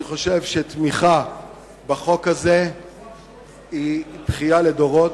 אני חושב שתמיכה בחוק הזה היא בכייה לדורות.